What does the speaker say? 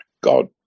God